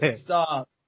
Stop